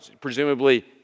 presumably